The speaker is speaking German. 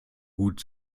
gut